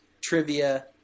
trivia